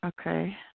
Okay